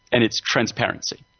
and it's transparency.